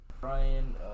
Brian